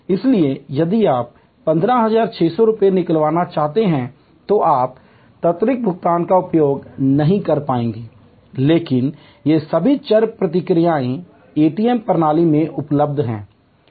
इसलिए यदि आप 15400 रुपये निकालना चाहते हैं तो आप त्वरित भुगतान का उपयोग नहीं कर पाएंगे लेकिन ये सभी चर प्रतिक्रियाएं एटीएम प्रणाली से उपलब्ध हैं